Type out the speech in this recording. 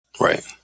Right